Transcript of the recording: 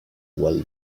well